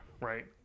Right